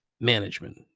management